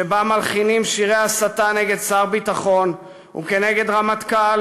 שבה מלחינים שירי הסתה נגד שר ביטחון ונגד הרמטכ”ל